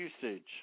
usage